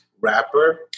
rapper